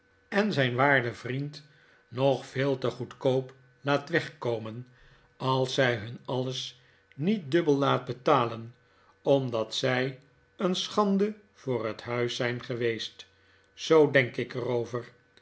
en zijn waarden vriend nog veel te goedkoop laat wegkomen als zij hun alles niet dubbel laat betalen omdat zij e en schande voor het huis zijn geweest zoo denk ik er over